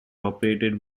operated